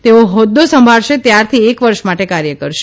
તેઓ હોદ્દો સંભાળશે ત્યારથી એક વર્ષ માટે કાર્ય કરશે